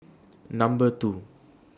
Number two